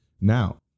Now